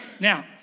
Now